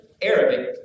Arabic